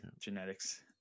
genetics